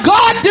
God